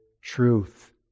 truth